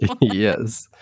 Yes